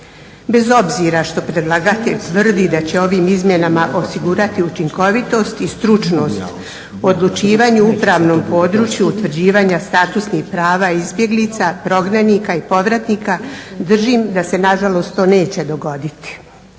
Bez obzira što predlagatelj tvrdi da će ovim izmjenama osigurati učinkovitost i stručnost odlučivanju upravnom području utvrđivanja statusnih prava izbjeglica, prognanika i povratnika držim da se nažalost to neće dogoditi.